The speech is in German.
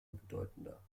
bedeutender